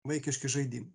vaikiški žaidimai